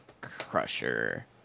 crusher